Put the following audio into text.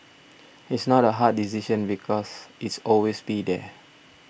it's not a hard decision because it's always be there